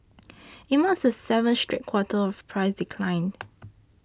it marked the seventh straight quarter of price decline